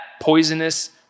poisonous